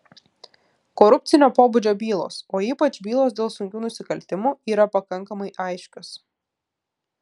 korupcinio pobūdžio bylos o ypač bylos dėl sunkių nusikaltimų yra pakankamai aiškios